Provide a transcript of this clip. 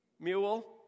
mule